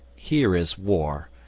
here is war,